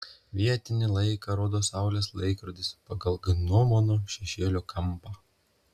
vietinį laiką rodo saulės laikrodis pagal gnomono šešėlio kampą